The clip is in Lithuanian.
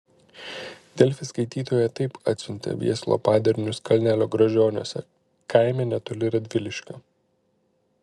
delfi skaitytoja taip atsiuntė viesulo padarinius kalnelio gražioniuose kaime netoli radviliškio